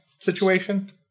situation